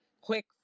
quick